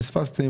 פספסתם,